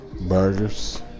Burgers